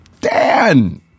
Dan